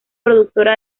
productora